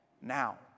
Now